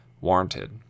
Warranted